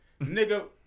Nigga